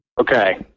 Okay